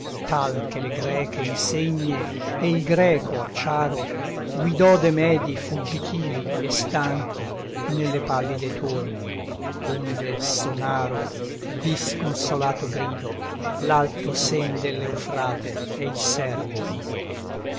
che le greche insegne e il greco acciaro guidò de medi fuggitivi e stanchi nelle pallide torme onde sonaro di sconsolato grido l'alto sen dell'eufrate e il servo lido